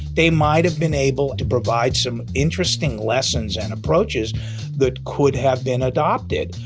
they might have been able to provide some interesting lessons and approaches that could have been adopted.